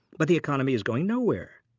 but the economy is going nowhere.